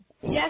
Yes